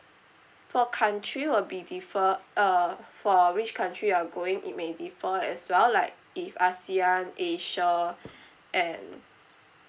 for country will be differ uh for which country you are going it may differ as well like if ASEAN asia and